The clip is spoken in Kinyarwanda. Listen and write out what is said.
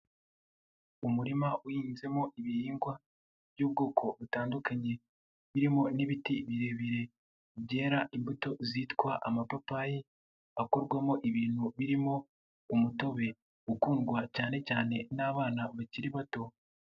Umurima uhinzemo ibihingwa by'ubwoko butandukanye, birimo n'ibiti birebire byera imbuto zitwa amapapayi akorwamo ibintu birimo umutobe ukundwa cyanecyane n'abana bakiri bato.